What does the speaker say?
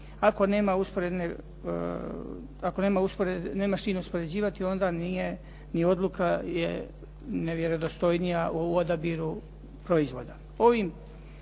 Ako nema s čim uspoređivati, onda nije, ni odluka je nevjerodostojnija u odabiru proizvoda.